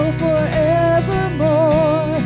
forevermore